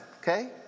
okay